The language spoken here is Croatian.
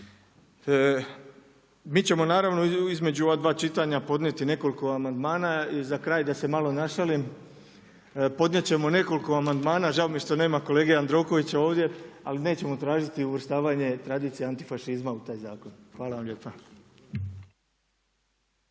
Mi ćemo naravno između ova dva čitanja podnijeti nekoliko amandmana. I za kraj da se malo našalim podnijet ćemo nekoliko amandmana, žao mi je što nema kolege Jandrokovića ovdje, ali nećemo tražiti uvrštavanje tradicije antifašizma u taj zakon. Hvala vam lijepa.